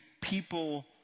people